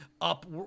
up